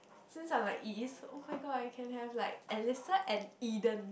since I'm like E's oh-my-god I can have like Elisha and Eden